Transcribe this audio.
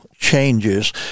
changes